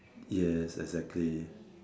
yes exactly